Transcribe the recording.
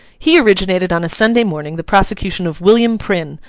he originated on a sunday morning the prosecution of william prynne,